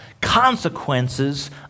consequences